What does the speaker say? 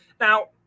Now